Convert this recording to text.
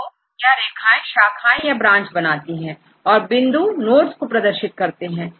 तो यह रेखाएं शाखा या ब्रांच बनाती है और बिंदु नोड्स को प्रदर्शित करती हैं